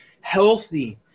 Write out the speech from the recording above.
healthy